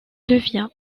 devient